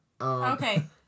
Okay